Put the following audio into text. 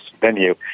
venue